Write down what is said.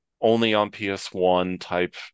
only-on-PS1-type